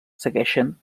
segueixen